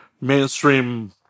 mainstream